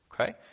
okay